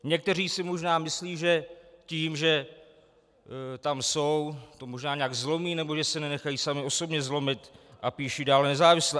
Někteří si možná myslí, že tím, že tam jsou, to možná nějak zlomí nebo že se nenechají sami osobně zlomit, a píšou dále nezávisle.